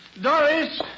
Doris